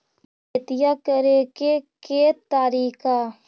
खेतिया करेके के तारिका?